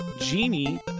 GENIE